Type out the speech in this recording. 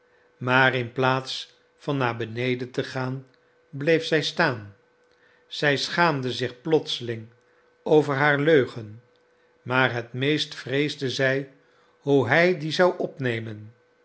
maar in plaatst van naar beneden te gaan bleef zij staan zij schaamde zich plotseling over haar leugen maar het meest vreesde zij hoe hij dien zou opnemen